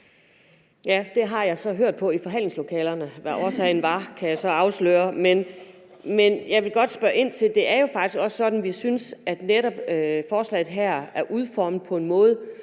Ja, jeg har så i forhandlingslokalerne hørt på, hvad årsagen var, kan jeg så afsløre. Men jeg vil godt spørge ind til noget. Det er jo faktisk også sådan, at vi synes, at netop forslaget her er udformet på en måde,